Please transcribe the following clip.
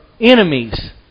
enemies